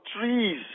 trees